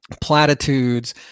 platitudes